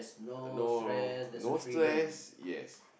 no no stress yes